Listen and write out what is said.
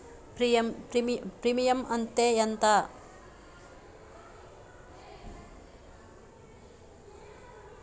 Premium అత్తే ఎంత?